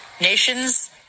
nation's